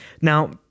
Now